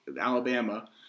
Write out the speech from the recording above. Alabama